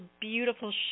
beautiful